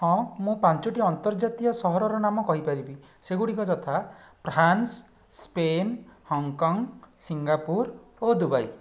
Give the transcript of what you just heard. ହଁ ମୁଁ ପାଞ୍ଚୋଟି ଆନ୍ତର୍ଜାତୀୟ ସହରର ନାମ କହିପାରିବି ସେଗୁଡ଼ିକ ଯଥା ଫ୍ରାନ୍ସ ସ୍ପେନ୍ ହଙ୍କକଙ୍କ୍ ସିଙ୍ଗାପୁର୍ ଓ ଦୁବାଇ